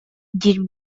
диир